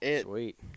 Sweet